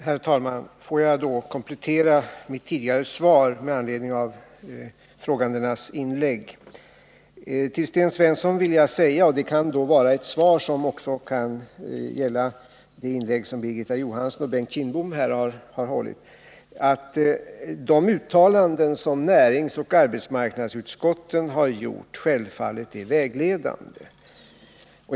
Herr talman! Får jag komplettera mitt tidigare svar med anledning av frågeställarnas inlägg. Till Sten Svensson vill jag säga — och det kan också gälla de inlägg som Birgitta Johansson och Bengt Kindbom har gjort — att de uttalanden som näringsoch arbetsmarknadsutskotten har gjort självfallet är vägledande.